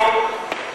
לא.